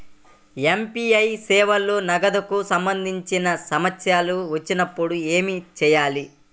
UPI సేవలలో నగదుకు సంబంధించిన సమస్యలు వచ్చినప్పుడు ఏమి చేయాలి?